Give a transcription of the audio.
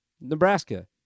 Nebraska